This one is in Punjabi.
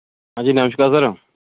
ਹਾਂਜੀ ਨਮਸਕਾਰ ਸਰ